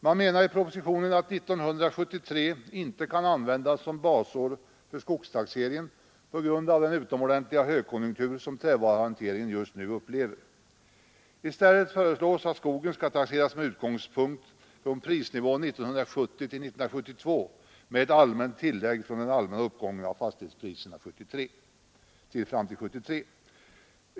Man menar i propositionen att 1973 inte kan användas som basår för skogshanteringen på grund av den utomordentliga högkonjunktur som trävaruhanteringen just nu upplever. I stället föreslås att skogen skall taxeras med utgångspunkt i prisnivån 1970—1972 med ett allmänt tillägg för den allmänna uppgången av fastighetspriserna fram till 1973.